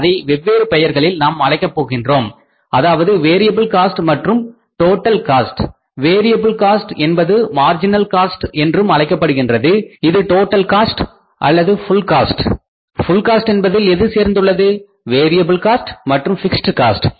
அதை வெவ்வேறு பெயர்களில் நாம் அழைக்கப் போகின்றோம் அதாவது வேரியபுள் காஸ்ட் மற்றும் டோடல் காஸ்ட் வேரியபுள் காஸ்ட் என்பது மார்ஜினல் காஸ்ட் என்றும் அழைக்கப்படுகின்றது இது டோடல் காஸ்ட் அல்லது ஃபுல் காஸ்ட் ஃபுல் காஸ்ட் என்பதில் எது சேர்ந்துள்ளது வேரியபுள் காஸ்ட் மற்றும் பிக்ஸட் காஸ்ட்